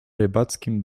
rybackim